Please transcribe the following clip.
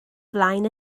flaen